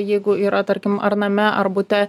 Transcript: jeigu yra tarkim ar name ar bute